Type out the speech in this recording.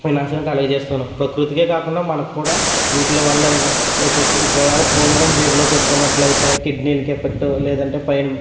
వినాశనం కలుగజేస్తున్నాము ప్రకృతికే కాకుండా మనకు కడా వీటి వల్ల ఇక ఒకవేల ఫోన్లు కానీ జేబులో పెట్టుకున్నట్టయితే కిడ్నీలకి ఎఫెక్ట్ లేదంటే పైన